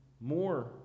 more